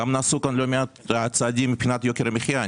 נעשו כאן גם לא מעט צעדים מבחינת יוקר המחיה.